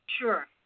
Sure